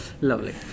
Lovely